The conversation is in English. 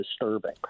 disturbing